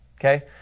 Okay